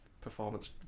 performance